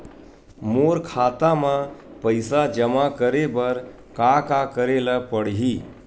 मोर खाता म पईसा जमा करे बर का का करे ल पड़हि?